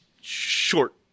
short